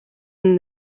and